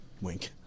Wink